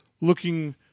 looking